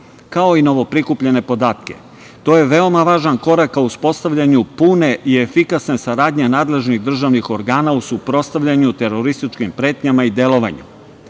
kao i novoprikupljene podatke. To je veoma važan korak ka uspostavljanju pune i efikasne saradnje nadležnih državnih organa u suprotstavljanju terorističkim pretnjama i delovanju. Predloženi